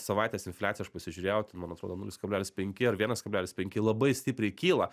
savaitės infliacija aš pasižiūrėjau ten man atrodo nulis kablelis penki ar vienas kablelis penki labai stipriai kyla